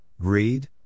greed